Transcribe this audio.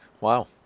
wow